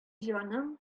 җаның